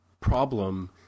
problem